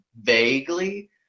vaguely